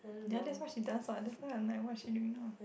ya that's what she does what that's why I'm like what is she doing now